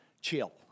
chill